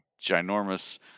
ginormous